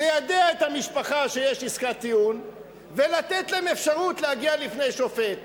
ליידע את המשפחה שיש עסקת טיעון ולתת להם אפשרות להגיע לפני שופט.